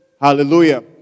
Hallelujah